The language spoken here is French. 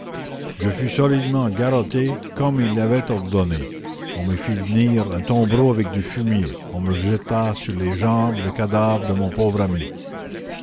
je fus solidement garrotté comme il l'avait ordonné on me fit venir un tombereau avec du fumier on me jeta sur les jambes le cadavre de mon pauvre ami